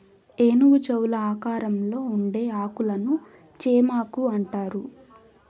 ఏనుగు చెవుల ఆకారంలో ఉండే ఆకులను చేమాకు అంటారు